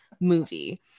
movie